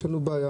יש לנו בעיה.